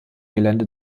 gelände